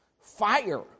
fire